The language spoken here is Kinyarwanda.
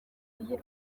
uyirwaye